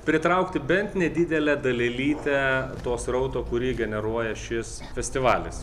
pritraukti bent nedidelę dalelytę to srauto kurį generuoja šis festivalis